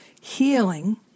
Healing